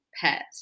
pet